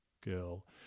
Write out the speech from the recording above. girl